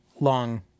long